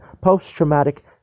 post-traumatic